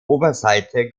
oberseite